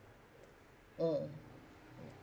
mm